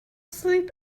sleep